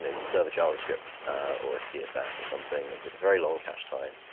know, you serve a javascript or a css or something with a very long cache time.